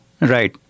Right